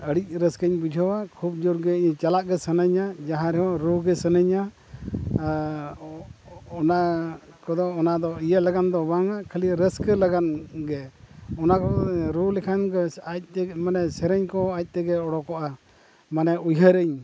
ᱟᱹᱰᱤ ᱨᱟᱹᱥᱠᱟᱹᱧ ᱵᱩᱡᱷᱟᱹᱣᱟ ᱠᱷᱩᱵ ᱡᱳᱨᱜᱮ ᱪᱟᱞᱟᱜ ᱜᱮ ᱥᱟᱱᱟᱹᱧᱟ ᱡᱟᱦᱟᱸ ᱨᱮᱦᱚᱸ ᱨᱩᱜᱮ ᱥᱟᱱᱟᱧᱟ ᱚᱱᱟ ᱠᱚᱫᱚ ᱚᱱᱟᱫᱚ ᱤᱭᱟᱹ ᱞᱟᱹᱜᱤᱫ ᱫᱚ ᱵᱟᱝᱼᱟ ᱠᱷᱟᱹᱞᱤ ᱨᱟᱹᱥᱠᱟᱹ ᱞᱟᱹᱜᱤᱫ ᱜᱮ ᱚᱱᱟᱠᱚ ᱨᱩ ᱞᱮᱠᱷᱟᱱᱜᱮ ᱟᱡ ᱛᱮᱜᱮ ᱢᱟᱱᱮ ᱥᱮᱨᱮᱧ ᱠᱚ ᱟᱡᱛᱮᱜᱮ ᱚᱰᱳᱠᱚᱜᱼᱟ ᱢᱟᱱᱮ ᱩᱭᱦᱟᱹᱨᱤᱧ